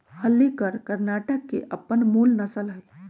हल्लीकर कर्णाटक के अप्पन मूल नसल हइ